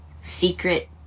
secret